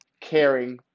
caring